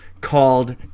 called